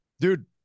dude